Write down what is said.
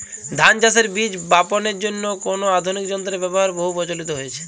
ধান চাষের বীজ বাপনের জন্য কোন আধুনিক যন্ত্রের ব্যাবহার বহু প্রচলিত হয়েছে?